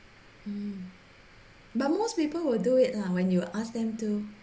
mm but most people will do it lah when you ask them to